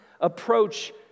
approach